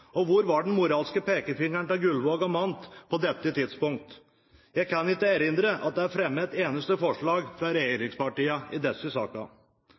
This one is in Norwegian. Hvor var den moralske pekefingeren til Gullvåg og Mandt på dette tidspunkt? Jeg kan ikke erindre at det er fremmet et eneste forslag fra regjeringspartiene i disse